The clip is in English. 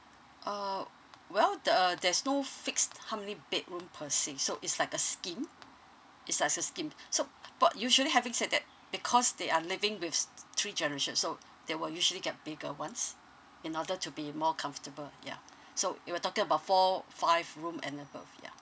uh well the uh there's no fixed how many bedroom per se so it's like a scheme it's like a scheme so but usually having said that because they are living with s~ s~ three generations so they will usually get bigger ones in order to be more comfortable ya so you were talking about four five room and above ya